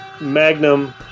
Magnum